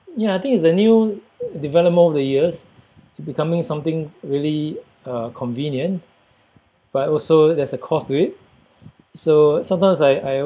ya I think it's a new development over the years becoming something really uh convenient but also there's a cost to it so sometimes I I